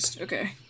Okay